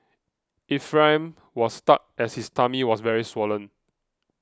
Ephraim was stuck as his tummy was very swollen